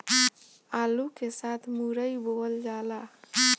आलू के साथ मुरई बोअल जाला